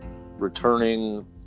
returning